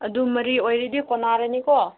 ꯑꯗꯨ ꯃꯔꯤ ꯑꯣꯏꯔꯗꯤ ꯀꯣꯟꯅꯔꯅꯤꯀꯣ